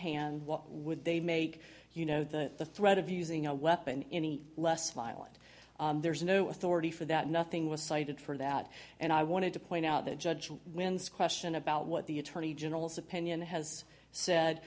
hand what would they make you know the the threat of using a weapon any less violent there's no authority for that nothing was cited for that and i wanted to point out that judge wins question about what the attorney general's opinion has s